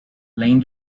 lane